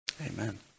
Amen